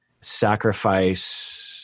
sacrifice